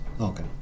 Okay